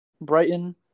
Brighton